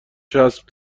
چسب